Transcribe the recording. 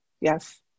Yes